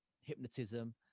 hypnotism